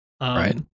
Right